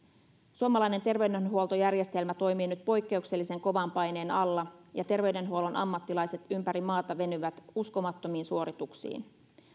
suomalainen terveydenhuoltojärjestelmä toimii nyt poikkeuksellisen kovan paineen alla ja terveydenhuollon ammattilaiset ympäri maata venyvät uskomattomiin suorituksiin